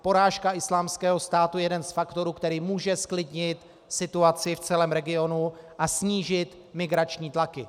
Porážka Islámského státu je jeden z faktorů, který může zklidnit situaci v celém regionu a snížit migrační tlaky.